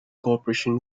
corporation